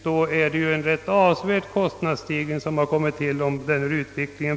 Om denna utveckling fortsätter måste de räkna med en ytterligare ökad byggnadskostnad, som påverkar taxeringsvärdena.